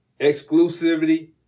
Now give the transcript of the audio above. Exclusivity